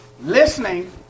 listening